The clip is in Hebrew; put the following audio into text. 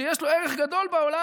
שיש לו ערך גדול בעולם.